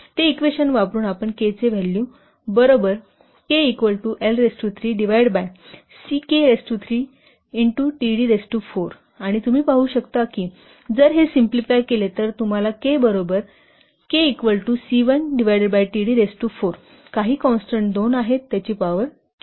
ते इक्वेशन वापरुन तुम्हाला K ची व्हॅल्यू बरोबर KL3 Ck 3td4 आणि तुम्ही पाहु शकता की जर हे सिम्प्लिफाय केले तर तुम्हाला K बरोबर KC1td4 काही कॉन्स्टन्ट २ आहे त्याची पॉवर 4